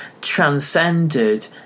transcended